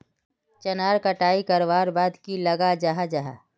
चनार कटाई करवार बाद की लगा जाहा जाहा?